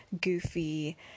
goofy